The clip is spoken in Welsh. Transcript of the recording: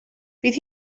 fydd